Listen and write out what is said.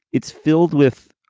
it's filled with.